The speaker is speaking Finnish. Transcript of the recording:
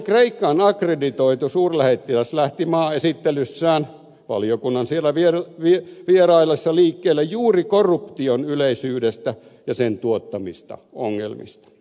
suomen kreikkaan akkreditoitu suurlähettiläs lähti maaesittelyssään valiokunnan siellä vieraillessa liikkeelle juuri korruption yleisyydestä ja sen tuottamista ongelmista